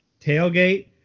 Tailgate